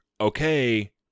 okay